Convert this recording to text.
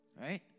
Right